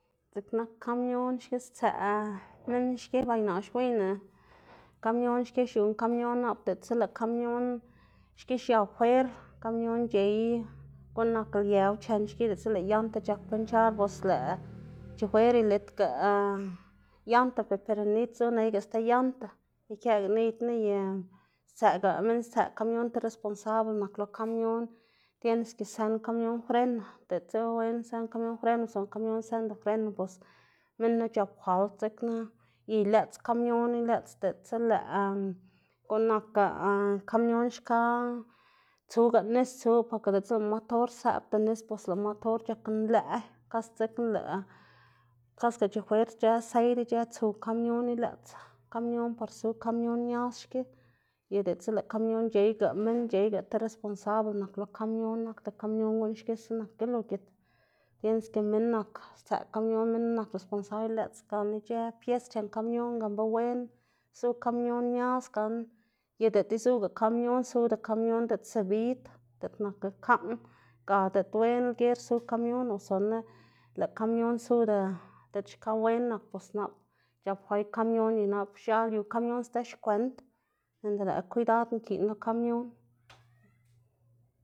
Dziꞌg nak kamion xki stsëꞌ minn xki bay naꞌ xwiyná kamion xki xiuná kamion nap diꞌltsa lëꞌ kamion xki xia fwer, lëꞌ kamion c̲h̲ey guꞌn nak liew chen xki diꞌltsa lëꞌ yanta c̲h̲ak ponchar, bos lëꞌ chofer ilitga yanta prebenid zu neyga sti yanta ikëꞌga niy knu ye stsëꞌga minn stsëꞌga kamion ti responsable nak lo kamion tienes ke sën kamion freno, diꞌltsa wen sën kamion freno osino diꞌltsa lëꞌ kamion sënda freno, bos minn knu c̲h̲ap fald dzekna y ilëꞌts kamion ilëꞌts diꞌltsa lëꞌ guꞌn nak kamion xka tsuga nis tsuga, porke diꞌltsa lëꞌ motor sëꞌbda nis, bos lëꞌ motor c̲h̲ak nlëꞌ kasi dzekna lëꞌ kase lëꞌ chofer ic̲h̲ë seid ic̲h̲ë tsu kamion ilëꞌts kamion par su kamion ñaz xki y diꞌltsa lëꞌ kamion c̲h̲eyga minn c̲h̲eyga ti responsable nak lo kamion nakda kamion guꞌn xkisa nak gilugit, tienes ke minn nak stsëꞌ kamion minn knu nak responsable ilëꞌts gan ic̲h̲ë pies chen kamion gan be wen su kamion ñaz gan y diꞌt izuga kamion suda kamion diꞌt subid diꞌt nak lkaꞌn ga diꞌt wen lger su kamion osuna lëꞌ kamion suda diꞌt xka wen nak bos nap c̲h̲ak fay kamio y nap x̱al yu kamion sdzëꞌ xkwend, sinda lëꞌkga kwidad nkiꞌn lo kamion.